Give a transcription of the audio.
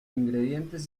ingredientes